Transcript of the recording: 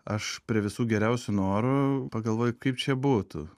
aš prie visų geriausių norų pagalvoju kaip čia būtų